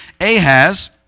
Ahaz